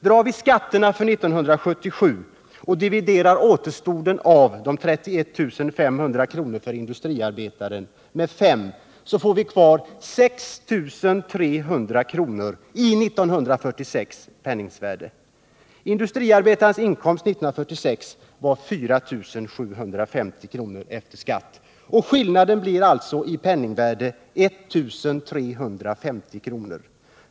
Drar vi skatterna för 1977 och dividerar återstoden, 31 500 kr., med 5 får vi kvar 6 300 kr. i 1946 års penningvärde. Industriarbetarens inkomst 1946 var 4 750 kr. efter skatt, och skillnaden blir alltså i samma penningvärde 1 350 kr.